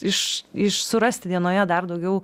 iš surasti dienoje dar daugiau